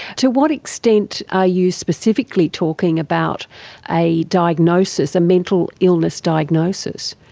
to what extent are you specifically talking about a diagnosis, a mental illness diagnosis?